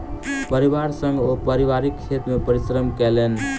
परिवार संग ओ पारिवारिक खेत मे परिश्रम केलैन